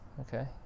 Okay